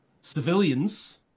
civilians